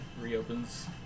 reopens